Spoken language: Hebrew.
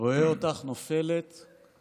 רואה אותך נופלת /